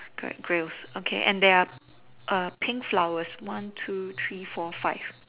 correct grills okay and there are err pink flowers colours one two three four five